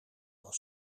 was